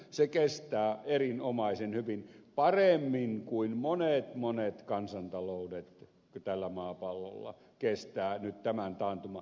se kestää erinomaisen hyvin paremmin kuin monet monet kansantaloudet tällä maapallolla kestää nyt tämän taantuman